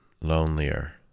lonelier